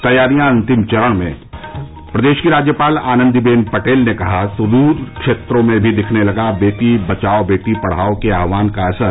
तैयारियां अंतिम चरण में प्रदेश की राज्यपाल आनन्दी बेन पटेल ने कहा सुदूर क्षेत्रों में भी दिखने लगा बेटी बचाओ बेटी पढाओं के आह्वान का असर